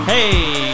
Hey